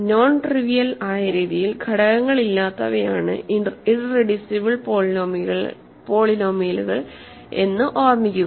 non-trivial ആയ രീതിയിൽ ഘടകങ്ങളില്ലാത്തവയാണ് ഇറെഡ്യുസിബിൾ പോളിനോമിയലുകൾ എന്ന് ഓർമ്മിക്കുക